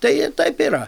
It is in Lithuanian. tai taip yra